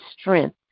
strength